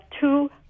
two